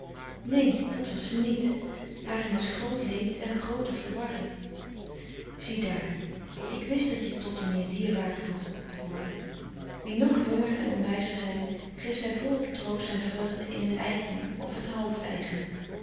neen dat was ze niet daarin was groot leed en groote verwarring ziedaar ik wist dat je tot de meer dierbaren van god behoorde wie nog jonger en onwijzer zijn geeft hij volop troost en vreugde in het eigene of het